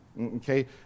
okay